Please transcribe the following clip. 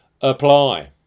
apply